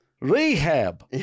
rehab